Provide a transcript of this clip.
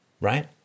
right